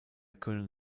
können